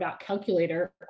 calculator